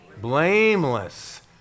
Blameless